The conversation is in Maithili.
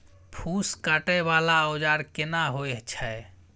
फूस काटय वाला औजार केना होय छै?